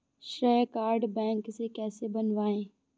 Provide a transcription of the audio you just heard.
श्रेय card bank से कैसे बनवाएं?